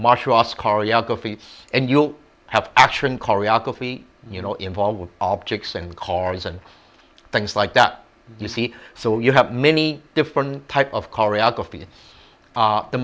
martial arts choreography and you have action choreography you know involved with objects and the car is and things like that you see so you have many different types of choreography